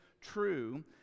true